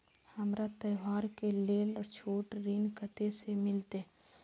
हमरा त्योहार के लेल छोट ऋण कते से मिलते?